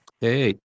Hey